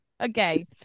Okay